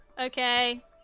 Okay